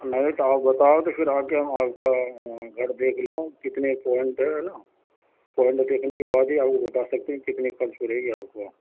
نہیں تو آپ بتا دو پھر آ کے ہم آپ کا گھر دیکھ لوں کتنے پینٹ ہے نا پینٹ دیکھنے کے بعد ہی آپ کو بتا سکتے ہیں کتنی خرچ پڑے گی آپ کو